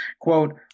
Quote